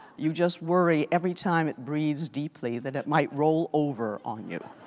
you just worry every time it breathes deeply that it might roll over on you.